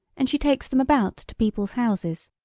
and she takes them about to people's houses.